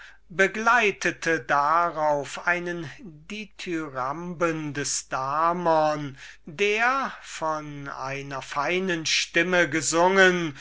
begleitete darauf einen dithyramben des damon der von einer feinen stimme gesungen